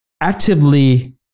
actively